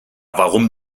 warum